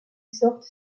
sorte